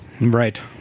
right